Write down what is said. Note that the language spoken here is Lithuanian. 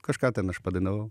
kažką ten aš padainavau